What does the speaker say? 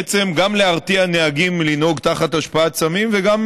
בעצם גם להרתיע נהגים מלנהוג תחת השפעת סמים וגם